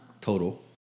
total